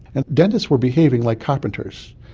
and dentists were behaving like carpenters.